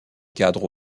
cadre